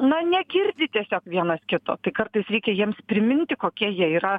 na negirdi tiesiog vienas kito tai kartais reikia jiems priminti kokie jie yra